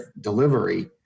delivery